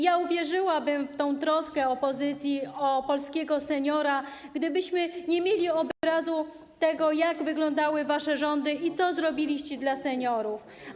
Ja uwierzyłabym w tę troską opozycji o polskiego seniora, gdybyśmy nie mieli obrazu tego, jak wyglądały wasze rządy i co zrobiliście dla seniorów.